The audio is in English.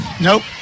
Nope